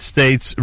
States